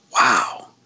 Wow